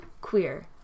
queer